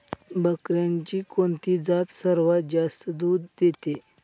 बकऱ्यांची कोणती जात सर्वात जास्त दूध देते?